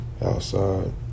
Outside